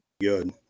good